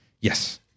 Yes